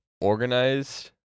organized